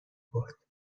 برد